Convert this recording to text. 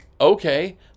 okay